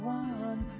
one